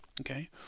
okay